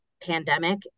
pandemic